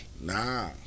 nah